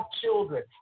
children